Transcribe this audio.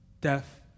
death